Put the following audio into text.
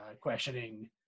questioning